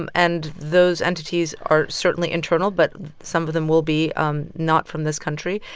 and and those entities are certainly internal, but some of them will be um not from this country.